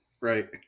right